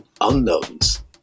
unknowns